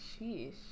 sheesh